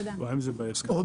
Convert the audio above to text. עוד